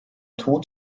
tod